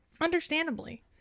Understandably